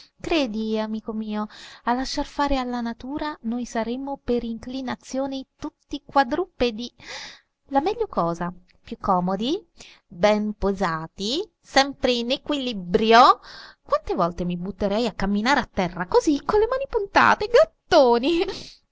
credi amico mio a lasciar fare alla natura noi saremmo per inclinazione tutti quadrupedi la meglio cosa più comodi ben posati sempre in equilibrio quante volte mi butterei a camminare a terra così con le mani puntute gattone